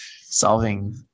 solving